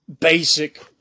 basic